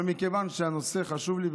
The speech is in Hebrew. אבל מכיוון שהנושא חשוב לי,